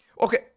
Okay